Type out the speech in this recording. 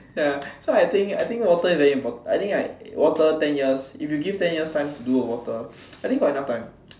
ya so I think I think water is very important I think like water ten years if you give ten years time to do water I think got enough time